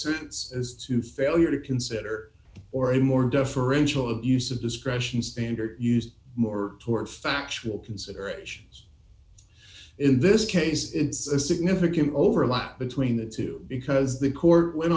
sense as to failure to consider or a more deferential abuse of discretion standard used more toward factual considerations in this case it's a significant overlap between the two because the court w